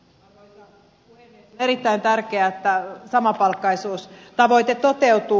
on erittäin tärkeää että samapalkkaisuustavoite toteutuu